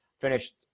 finished